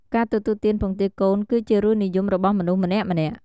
ការទទួលទានពងទាកូន គឺជារសនិយមរបស់មនុស្សម្នាក់ៗ។